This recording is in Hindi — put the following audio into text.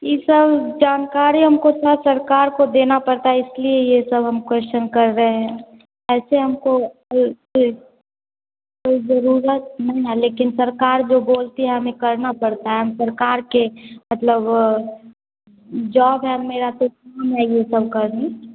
ये सब जानकारी हमको सर सरकार को देना पड़ता है इसलिए ये सब हम क्वेश्चन कर रहे हैं ऐसे हमको कोई कोई ज़रूरत नहीं है लेकिन सरकार जो बोलती है हमें करना पड़ता है हम सरकार के मतलब जॉब है अब मेरा तो काम है ये सब कर रही हूँ